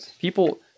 people